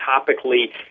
topically